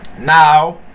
now